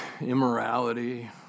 immorality